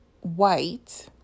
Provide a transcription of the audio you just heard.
white